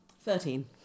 Thirteen